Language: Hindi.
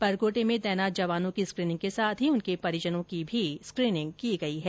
परकोटे में तैनात जवानों की स्क्रीनिंग के साथ ही उनके परिजनों की भी स्क्रीनिंग की गई है